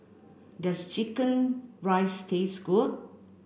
does chicken rice taste good